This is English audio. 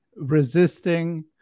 resisting